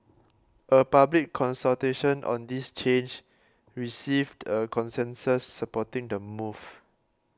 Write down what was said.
a public consultation on this change received a consensus supporting the move